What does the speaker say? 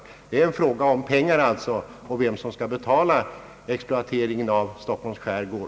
Det är alltså fråga om pengar och vem som skall betala exploateringen av Stockholms skärgård.